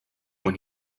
when